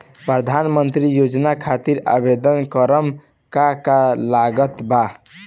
प्रधानमंत्री योजना खातिर आवेदन करम का का लागत बा?